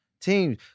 teams